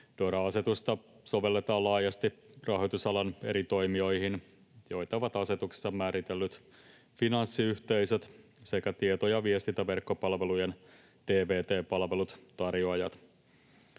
DORA-asetusta sovelletaan laajasti rahoitusalan eri toimijoihin, joita ovat asetuksessa määritellyt finanssiyhteisöt sekä tieto- ja viestintäverkkopalvelujen eli tvt-palvelujen tarjoajat.